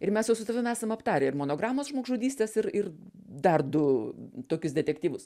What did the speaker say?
ir mes jau su tavim esam aptarę ir monogramos žmogžudystes ir ir dar du tokius detektyvus